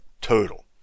Total